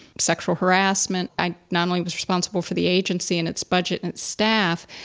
sexual harassment. i, not only was responsible for the agency and its budget and staff,